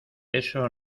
eso